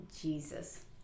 Jesus